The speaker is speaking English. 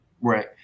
Right